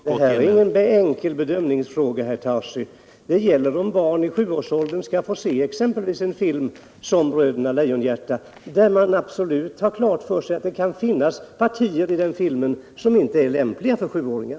Herr talman! Detta är inte en enkel bedömningsfråga, herr Tarschys. Det gäller om barn i sjuårsåldern skall få se exempelvis en film såsom Bröderna Lejonhjärta, i vilken det förekommer partier som inte är lämpliga för sjuåringar.